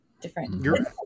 different